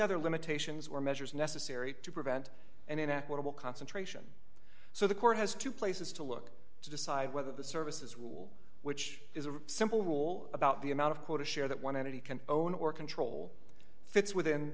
other limitations or measures necessary to prevent an equitable concentration so the court has two places to look to decide whether the services rule which is a simple rule about the amount of quota share that one entity can own or control fits within